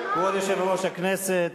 כבוד יושב-ראש הכנסת,